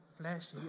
flashy